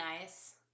nice